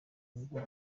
ngo